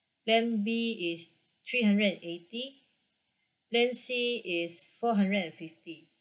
plan B is three hundred and eighty plan C is four hundred and fifty